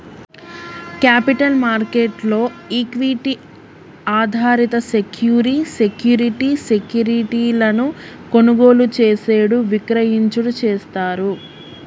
capital market లో equity ఆధారిత సెక్యూరి సెక్యూరిటీ సెక్యూరిటీలను కొనుగోలు చేసేడు విక్రయించుడు చేస్తారు